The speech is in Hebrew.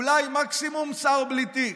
ואולי, מקסימום, שר בלי תיק.